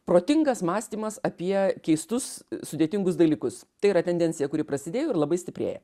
protingas mąstymas apie keistus sudėtingus dalykus tai yra tendencija kuri prasidėjo ir labai stiprėja